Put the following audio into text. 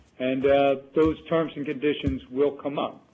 and those terms and conditions will come up.